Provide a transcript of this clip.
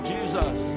Jesus